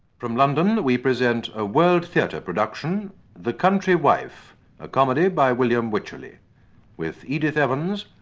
from london we present a world theatre production the country wife a comedy by william wycherley with edith evans,